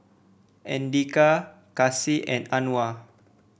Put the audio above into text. Andika Kasih and Anuar